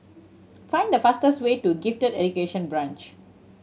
find the fastest way to Gifted Education Branch